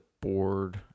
board